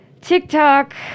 TikTok